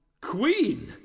Queen